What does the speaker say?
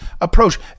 approach